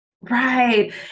right